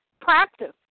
practice